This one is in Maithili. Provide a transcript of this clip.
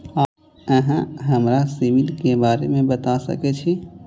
अहाँ हमरा सिबिल के बारे में बता सके छी?